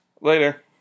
Later